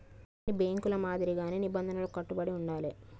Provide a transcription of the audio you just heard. అన్ని బ్యేంకుల మాదిరిగానే నిబంధనలకు కట్టుబడి ఉండాలే